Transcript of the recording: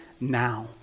now